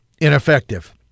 ineffective